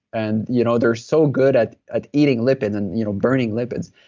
and you know they're so good at at eating lipids and you know burning lipids.